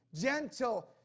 Gentle